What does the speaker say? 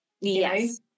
Yes